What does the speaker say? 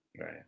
right